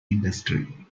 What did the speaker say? industry